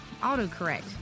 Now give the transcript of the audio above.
Autocorrect